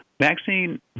vaccine